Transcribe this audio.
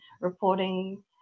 reporting